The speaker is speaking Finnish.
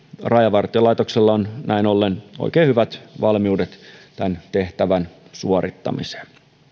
rajavartiolaitoksella on näin ollen oikein hyvät valmiudet tämän tehtävän suorittamiseen